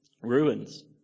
ruins